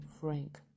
Frank